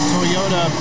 Toyota